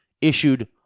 issued